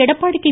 Edappadi K